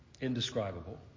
Indescribable